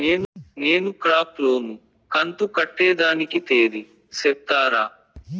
నేను crop loan కంతు కట్టేదానికి తేది సెప్తారా?